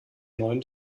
neuen